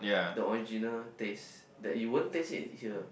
the original taste that you won't taste it here